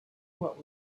what